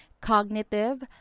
cognitive